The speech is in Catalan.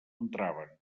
entraven